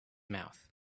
mouth